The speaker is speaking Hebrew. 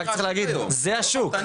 רק צריך להגיד שזה השוק.